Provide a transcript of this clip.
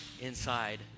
inside